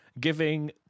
giving